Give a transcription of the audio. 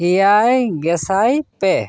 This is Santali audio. ᱮᱭᱟᱭᱜᱮᱥᱟᱭ ᱯᱮ